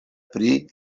pri